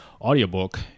audiobook